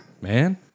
man